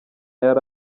yari